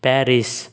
Paris